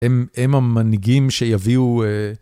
הם המנהיגים שיביאו...